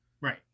Right